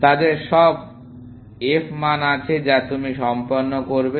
তাদের সব তাদের f মান আছে যা তুমি সম্পন্ন করবে